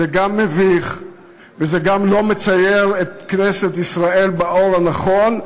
זה גם מביך וזה גם לא מצייר את כנסת ישראל באור הנכון,